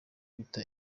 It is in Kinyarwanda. bita